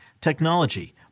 technology